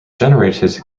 generated